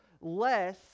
less